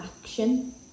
action